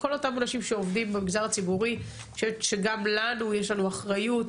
כל אותם אנשים שעובדים במגזר הציבורי שגם לנו יש אחריות